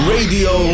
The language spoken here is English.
Radio